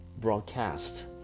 broadcast